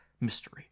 mystery